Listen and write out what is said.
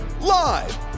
live